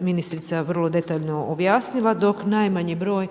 ministrica vrlo detaljno objasnila, dok najmanji broj,